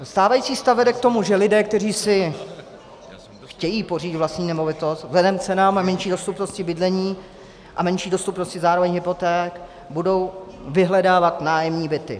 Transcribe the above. Stávající stav vede k tomu, že lidé, kteří si chtějí pořídit vlastní nemovitost, vzhledem k cenám a menší dostupnosti bydlení a menší dostupnosti zároveň hypoték budou vyhledávat nájemní byty.